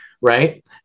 right